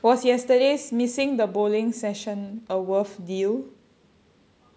was yesterday's missing the bowling session a worth deal